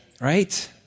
right